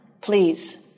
please